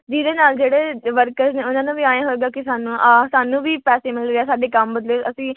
ਜਿਹਦੇ ਨਾਲ ਜਿਹੜੇ ਵਰਕਰਸ ਨੇ ਉਹਨਾਂ ਦਾ ਵੀ ਐਂ ਹੋਏਗਾ ਕਿ ਸਾਨੂੰ ਆ ਸਾਨੂੰ ਵੀ ਪੈਸੇ ਮਿਲ ਗਿਆ ਸਾਡੇ ਕੰਮ ਬਦਲੇ ਅਸੀਂ